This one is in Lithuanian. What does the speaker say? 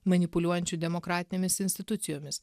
manipuliuojančių demokratinėmis institucijomis